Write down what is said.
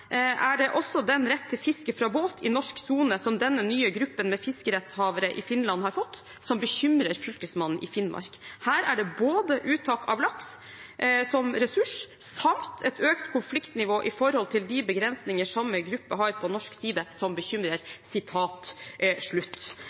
er det også den rett til fiske fra båt i norsk sone som denne nye gruppen med fiskerettshavere i Finland har fått som bekymrer Fylkesmannen i Finnmark. Her er det både uttak av laks som ressurs samt et økt konfliktnivå i forhold til de begrensninger samme gruppe har på norsk side som bekymrer.» Helt til slutt,